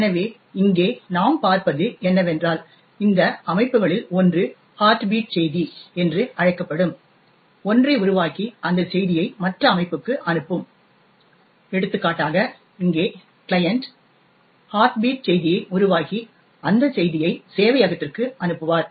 எனவே இங்கே நாம் பார்ப்பது என்னவென்றால் இந்த அமைப்புகளில் ஒன்று ஹார்ட் பீட் செய்தி என்று அழைக்கப்படும் ஒன்றை உருவாக்கி அந்த செய்தியை மற்ற அமைப்புக்கு அனுப்பும் எடுத்துக்காட்டாக இங்கே கிளையன்ட் ஹார்ட் பீட் செய்தியை உருவாக்கி அந்த செய்தியை சேவையகத்திற்கு அனுப்புவார்